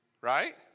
right